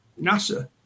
NASA